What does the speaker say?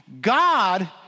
God